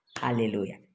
Hallelujah